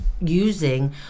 using